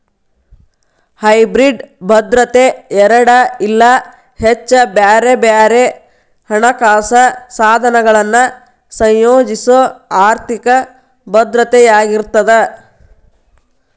hybrid ಭದ್ರತೆ ಎರಡ ಇಲ್ಲಾ ಹೆಚ್ಚ ಬ್ಯಾರೆ ಬ್ಯಾರೆ ಹಣಕಾಸ ಸಾಧನಗಳನ್ನ ಸಂಯೋಜಿಸೊ ಆರ್ಥಿಕ ಭದ್ರತೆಯಾಗಿರ್ತದ